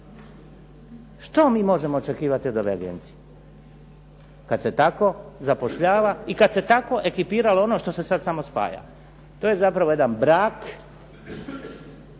Što mi možemo očekivati od ove agencije kada se tako zapošljava i kada se tako ekipirali ono što se sada samo spaja, to je zapravo jedan brak